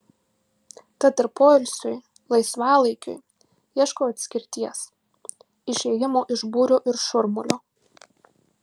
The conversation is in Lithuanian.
tad ir poilsiui laisvalaikiui ieškau atskirties išėjimo iš būrio ir šurmulio